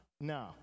No